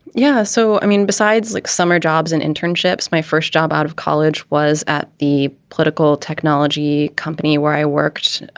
yeah. so i mean, besides like summer jobs and internships, my first job out of college was at the political technology company where i worked.